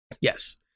Yes